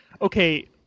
okay